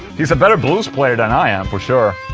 he's a better blues player than i am for sure